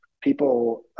people